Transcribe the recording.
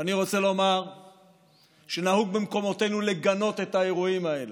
ואני רוצה לומר שנהוג במקומותינו לגנות את האירועים האלה,